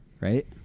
Right